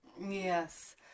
Yes